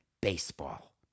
baseball